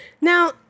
Now